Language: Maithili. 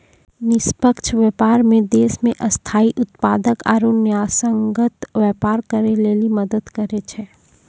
निष्पक्ष व्यापार मे देश मे स्थायी उत्पादक आरू न्यायसंगत व्यापार करै लेली मदद करै छै